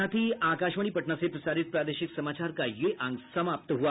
इसके साथ ही आकाशवाणी पटना से प्रसारित प्रादेशिक समाचार का ये अंक समाप्त हुआ